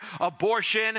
Abortion